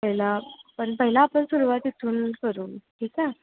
पहिला पण पहिला आपण सुरुवात इथून करू ठीक आहे